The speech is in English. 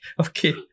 Okay